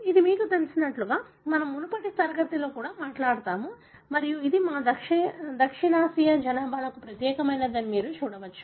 ఇది మీకు తెలిసినట్లుగా మనము మునుపటి తరగతిలో కూడా మాట్లాడాము మరియు ఇది మా దక్షిణాసియా జనాభాకు ప్రత్యేకమైనది అని మీరు చూడవచ్చు